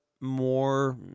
more